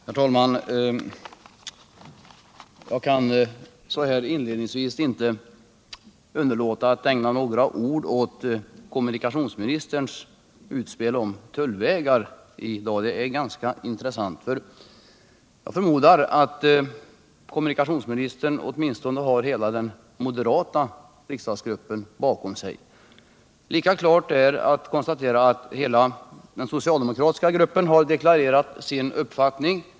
Herr talman! Jag kan så här inledningsvis inte underlåta att ägna några ord åt kommunikationsministerns utspel i dag om tullvägar. Det är ganska intressant. Jag förmodar att kommunikationsministern har åtminstone hela den moderata riksdagsgruppen bakom sig. Lika klart kan man konstatera att hela den socialdemokratiska gruppen har deklarerat sin uppfattning.